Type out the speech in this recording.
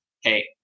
Hey